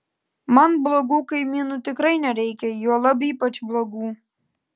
man blogų kaimynų tikrai nereikia juolab ypač blogų